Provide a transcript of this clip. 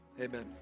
Amen